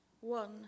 One